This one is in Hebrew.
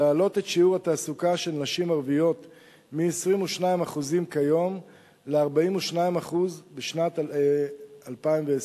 להעלות את שיעור התעסוקה של נשים ערביות מ-22% כיום ל-42% בשנת 2020,